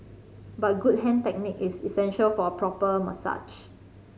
but good hand technique is essential for a proper massage